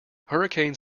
hurricane